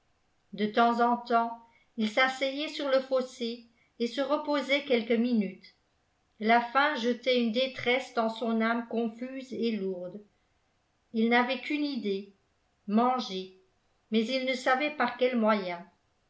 de temps en temps il s'asseyait sur le fossé et se reposait quelques minutes la faim jetait une détresse dans son âme confuse et lourde ii n'avait qu'une idée manger mais il ne savait par quel moyen